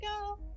go